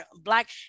black